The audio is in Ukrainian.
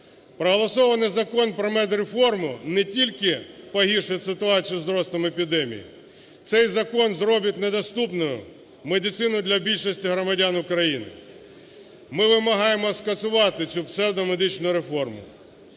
Проголосований Закон про медреформу не тільки погіршує ситуацію з ростом епідемії, цей закон зробить недоступною медицину для більшості громадян України. Ми вимагаємо скасувати цю псевдомедичну реформу.